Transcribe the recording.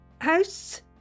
House